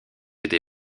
été